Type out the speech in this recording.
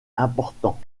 importants